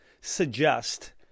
suggest